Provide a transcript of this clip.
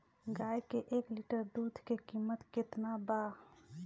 गाय के एक लीटर दूध के कीमत केतना बा?